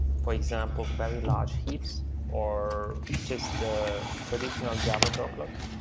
for example, very large heaps or just traditional java workloads.